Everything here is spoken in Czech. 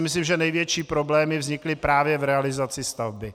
Myslím, že největší problémy vznikly právě v realizaci stavby.